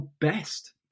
best